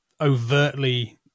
overtly